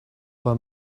pas